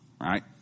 right